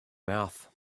mouth